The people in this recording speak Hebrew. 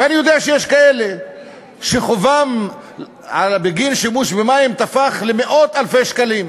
ואני יודע שיש כאלה שחובם בגין שימוש במים תפח למאות אלפי שקלים.